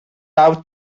out